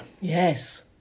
Yes